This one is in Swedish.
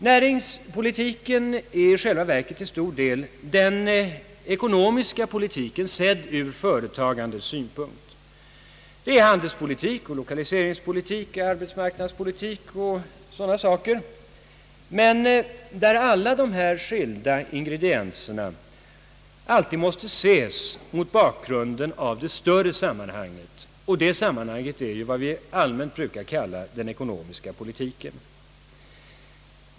Näringspolitiken är i själva verket till stor del den ekonomiska politiken sedd ur företagandets synpunkt. Det är handelspolitik och lokaliseringspolitik samt arbets marknadspolitik o.s.v., men där alla dessa skilda ingredienser alltid måste ses mot bakgrunden av det större sammanhanget. Det sammanhanget är ju vad vi allmänt brukar kalla den ekonomiska politiken.